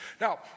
now